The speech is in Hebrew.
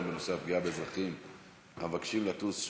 בנושא פגיעה באזרחים המבקשים לטוס,